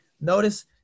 Notice